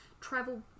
travel